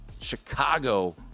Chicago